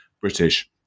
British